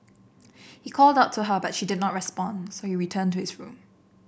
he called out to her but she did not responds so he returned to his room